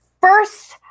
First